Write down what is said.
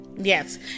Yes